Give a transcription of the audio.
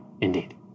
Indeed